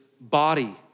body